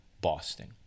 Boston